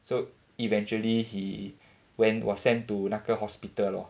so eventually he went was sent to 那个 hospital lor